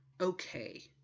okay